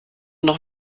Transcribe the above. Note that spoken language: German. noch